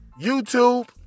YouTube